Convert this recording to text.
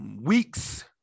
weeks